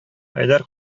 хәйдәр